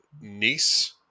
niece